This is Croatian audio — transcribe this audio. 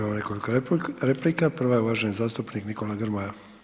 Imamo nekoliko replika, prva je uvaženi zastupnik Nikola Grmoja.